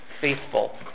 faithful